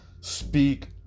speak